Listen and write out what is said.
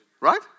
right